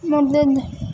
مدد